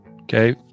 okay